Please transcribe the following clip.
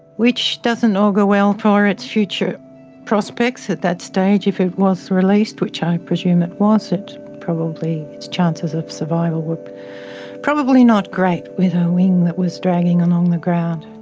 which doesn't augur well for its future prospects at that stage if it was released, which i presume it was. it, probably, its chances of survival were probably not great with a wing that was dragging along the ground.